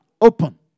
open